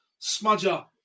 Smudger